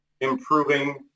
improving